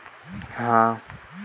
बलुही माटी मे मुरई लगा सकथव का?